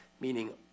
meaning